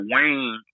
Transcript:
Wayne